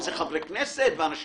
חברי גיל החליט לעשות